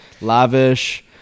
Lavish